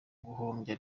guhombya